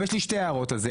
יש לי שתי הערות על זה.